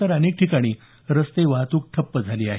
तर अनेक ठिकाणी रस्ते वाहतूक ठप्प झाली आहे